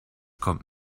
kommt